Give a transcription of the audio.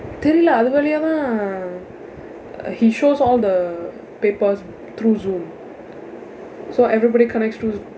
தெரியில்ல அது வழியா தான்:theriyilla athu vazhiyaa thaan he shows all the papers through zoom so everybody connects through